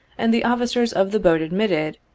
and the officers of the boat admitted,